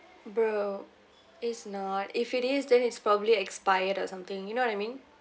bro it's not if it is then it's probably expired or something you know what I mean